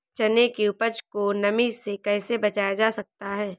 चने की उपज को नमी से कैसे बचाया जा सकता है?